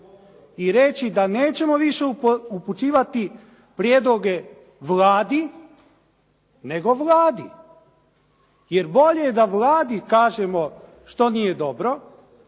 i reći da nećemo više upućivati prijedloge Vladi, nego Vladi. Jer bolje da Vladi kažemo što nije dobro